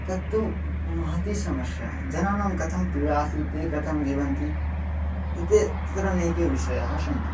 तत्तु महती समस्या जनानाम् कथं क्रियासीत् ते कथं जीवन्ति इत्येतत् तत्र नैके विषयाः सन्ति